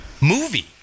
movie